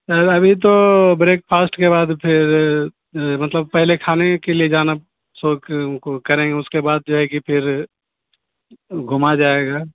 سر ابھی تو breakfast کے بعد پھر مطلب پہلے کھانے کے لیے جانا شوق ہم کو کریں گے اس کے بعد جو ہے کہ پھر گھوما جائے گا